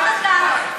חברת הכנסת ברקו.